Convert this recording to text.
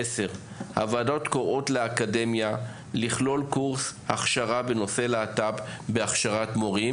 הוועדות קוראות לאקדמיה לכלול קורס הכשרה בנושא להט"ב בהכשרת מורים.